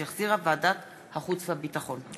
שהחזירה ועדת החוץ והביטחון.